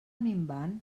minvant